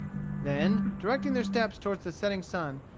then, directing their steps toward the setting sun,